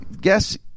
guess